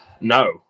No